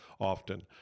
often